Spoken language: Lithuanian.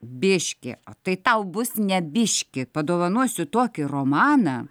biški tai tau bus ne biški padovanosiu tokį romaną